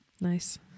Nice